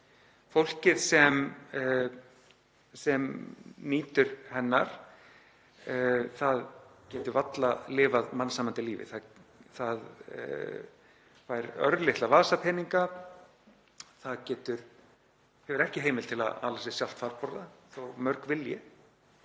Fólkið sem nýtur hennar getur varla lifað mannsæmandi lífi. Það fær örlitla vasapeninga. Það hefur ekki heimild til að sjá sér sjálft farborða þótt mörg vilji.